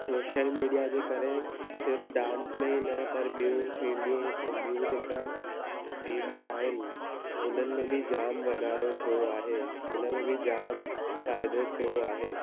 social media जे करे सिर्फ़ु डांस में ई न पर बियूं फील्डियूं ॿियूं जेका फील्ड आहिनि उन्हनि में बि जाम वधारो थियो आहे हुनमें बि जाम फ़ाइदो थियो आहे